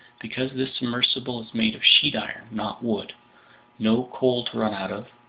because this submersible is made of sheet iron not wood no coal to run out of,